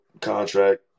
contract